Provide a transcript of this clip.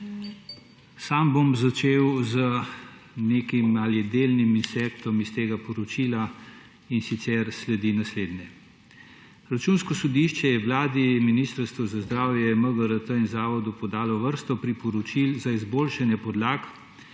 Sam bom začel z delnim insertom iz tega poročila, in sicer sledi naslednje: »Računsko sodišče je Vladi, Ministrstvu za zdravje, MGRT in Zavodu podalo vrsto priporočil za izboljšanje podlag,